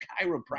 chiropractic